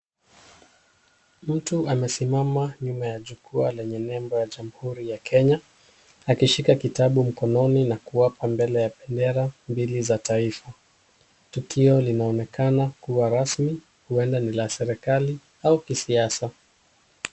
Mtu amesimama nyuma ya jukwa lenye nembo ya jamhuri ya Kenya akishika kitabu mkononi na kuapa mbele ya bendera mbili za taifa tukio linaonekana kuwa rasmi huenda ni la serikali au kisiasa.